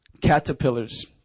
Caterpillars